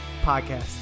Podcast